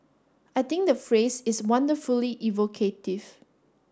i think the phrase is wonderfully evocative